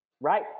Right